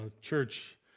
church